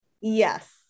Yes